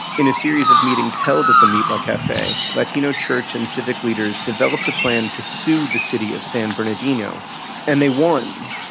in a series of meetings held at the mitla cafe, latino church and civic leaders developed a plan to sue the city of san bernardino and they won.